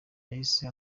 yahise